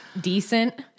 decent